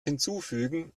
hinzufügen